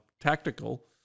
tactical